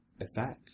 effect